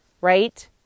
Right